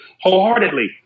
wholeheartedly